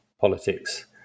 politics